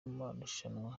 amarushanwa